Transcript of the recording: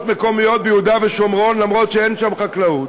מקומיות ביהודה ושומרון אף שאין שם חקלאות,